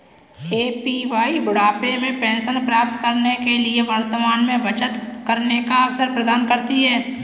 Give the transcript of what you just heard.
APY बुढ़ापे में pension प्राप्त करने के लिए वर्तमान में बचत करने का अवसर प्रदान करती है